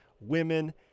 women